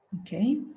Okay